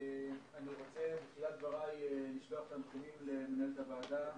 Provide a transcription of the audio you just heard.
אני רוצה בתחילת דבריי לשלוח תנחומים למנהלת הוועדה